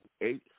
eight